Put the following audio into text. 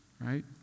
Right